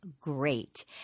great